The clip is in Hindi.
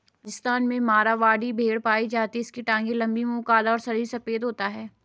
राजस्थान में मारवाड़ी भेड़ पाई जाती है इसकी टांगे लंबी, मुंह काला और शरीर सफेद होता है